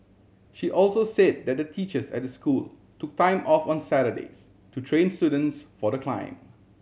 she also say that the teachers at the school took time off on Saturdays to train students for the climb